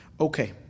Okay